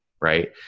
right